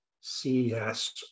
CES